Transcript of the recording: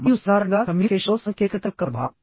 మరియు సాధారణంగా కమ్యూనికేషన్లో సాంకేతికత యొక్క ప్రభావం